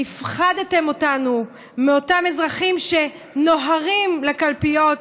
הפחדתם אותנו מאותם אזרחים ש"נוהרים לקלפיות".